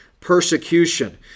persecution